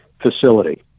facility